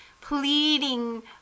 pleading